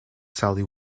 sally